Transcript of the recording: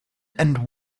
and